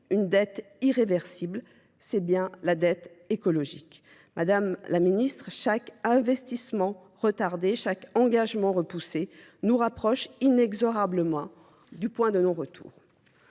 une dette irréversible, c'est bien la dette écologique. Madame la Ministre, chaque investissement retardé, chaque engagement repoussé, nous rapproche inexorablement. En conclusion,